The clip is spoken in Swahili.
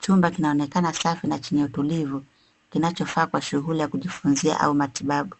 Chumba kinaonekana safi na chenye utulivu, kinachofaa kwa shughui ya kujifunzia au matibabu.